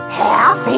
half